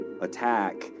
attack